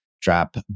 drop